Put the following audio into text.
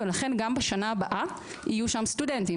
ולכן גם בשנה הבאה יהיו שם סטודנטים.